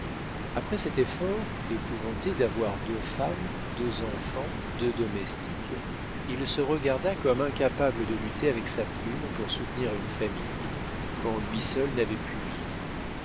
après cet effort épouvanté d'avoir deux femmes deux enfants deux domestiques il se regarda comme incapable de lutter avec sa plume pour soutenir une famille quand lui seul n'avait pu vivre